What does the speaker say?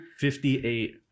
58